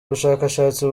bushakashatsi